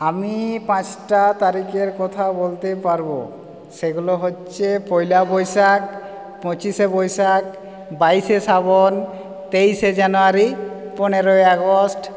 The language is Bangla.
আমি পাঁচটা তারিখের কথা বলতে পারবো সেগুলো হচ্ছে পয়লা বৈশাখ পঁচিশে বৈশাখ বাইশে শ্রাবণ তেইশে জানুয়ারি পনেরোই আগস্ট